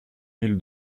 mille